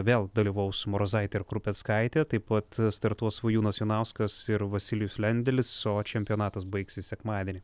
vėl dalyvaus marozaitė ir krupeckaitė taip pat startuos svajūnas jonauskas ir vasilijus lendelis o čempionatas baigsis sekmadienį